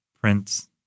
prints